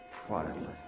quietly